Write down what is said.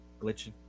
Glitching